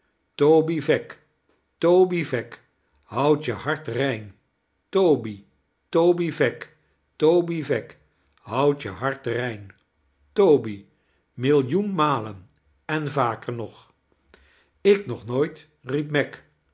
toby veck toby veck houd je hart rein toby toby veck toby veck houd je hart rein toby millioen malen en vaker nog ik nog nooit riep